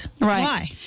Right